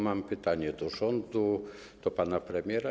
Mam pytanie do rządu, do pana premiera.